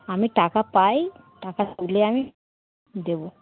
আমি টাকা পাই টাকা পেলে আমি দেবো